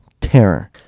terror